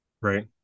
right